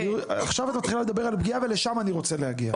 עכשיו את מתחילה לדבר על פגיעה ולשם אני רוצה להגיע.